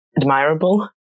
admirable